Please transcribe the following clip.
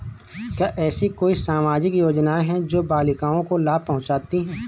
क्या ऐसी कोई सामाजिक योजनाएँ हैं जो बालिकाओं को लाभ पहुँचाती हैं?